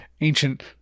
ancient